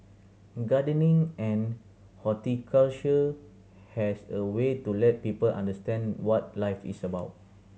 gardening and horticulture has a way to let people understand what life is about